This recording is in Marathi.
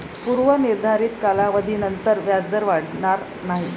पूर्व निर्धारित कालावधीनंतर व्याजदर वाढणार नाही